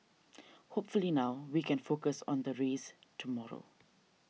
hopefully now we can focus on the race tomorrow